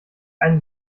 eine